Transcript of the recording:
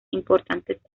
importantes